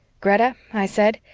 greta, i said,